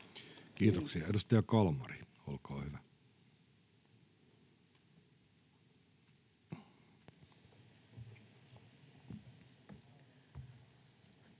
Kiitoksia. — Edustaja Kalmari, olkaa hyvä.